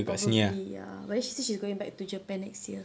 probably ya but then she said she's going back to japan next year